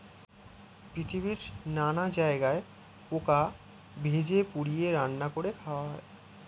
পৃথিবীর নানা জায়গায় পোকা ভেজে, পুড়িয়ে, রান্না করে খাওয়া হয়